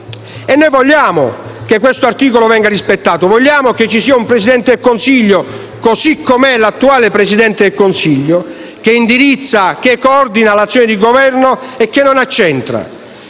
Noi vogliamo che questo articolo venga rispettato, che ci sia un Presidente del Consiglio, così come è l'attuale Presidente del Consiglio, che indirizza e coordina l'azione di Governo e non l'accentra;